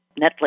Netflix